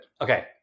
okay